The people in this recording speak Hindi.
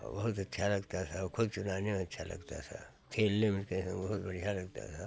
बहुत अच्छा लगता था खुद चुनाने में अच्छा लगता था खेलने में उनके संग बहुत बढ़िया लगता था